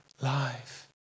life